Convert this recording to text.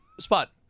Spot